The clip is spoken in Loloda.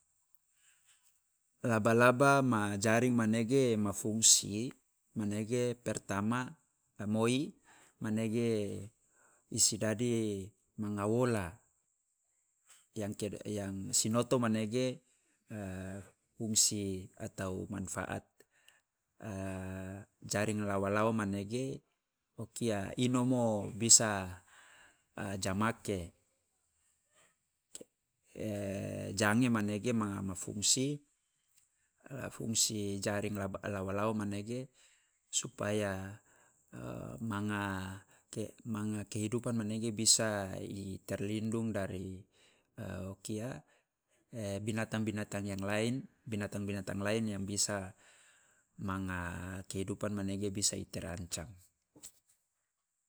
Laba laba ma jaring manege ma fungsi manege, pertama a moi manege i sidadi nanga wola, yang ke yang sinoto manege fungsi atau manfaaat jaring lawa lawa manege o kia inomo bisa a jamake, jange manege ma ma fungsi, fungsi jaring laba lawa lawa manege supaya manga ke kehidupan manege bisa i terlindung dari e o kia, e binatang binatang lain binatang binatang lain yang bisa manga kehidupan manege i terancam.